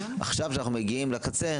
עכשיו כשאנחנו מגיעים לקצה,